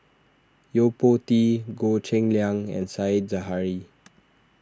Yo Po Tee Goh Cheng Liang and Said Zahari